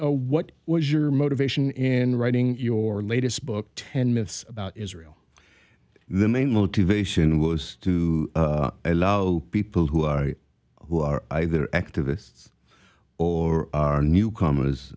what was your motivation in writing your latest book ten myths about israel the main motivation was to allow people who are who are either activists or are newcomers